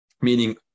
meaning